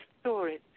stories